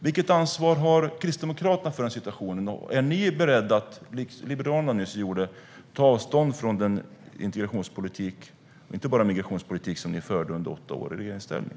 Vilket ansvar har Kristdemokraterna för den här situationen, och är ni beredda, som man från Liberalerna nyss gjorde, att ta avstånd från den integrationspolitik - och alltså inte bara migrationspolitiken - som ni förde under åtta år i regeringsställning?